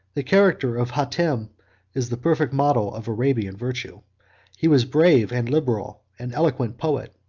the character of hatem is the perfect model of arabian virtue he was brave and liberal, an eloquent poet,